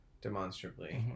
demonstrably